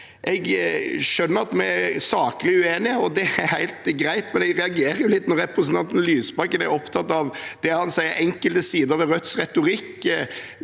jeg skjønner at vi er saklig uenige, og det er helt greit, men jeg reagerer litt når representanten Lysbakken er opptatt av det han sier er enkelte sider ved Rødts retorikk,